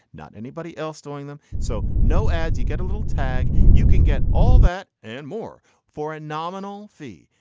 not anybody else doing them. so no ads. you get a little tag, you can get all that and more for a nominal fee.